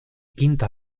quinta